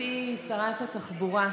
גברתי שרת התחבורה,